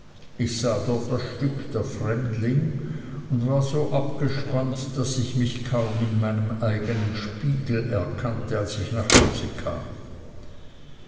ich sah dort das stück der fremdling und war so abgespannt daß ich mich kaum in meinem eignen spiegel erkannte als ich nach hause kam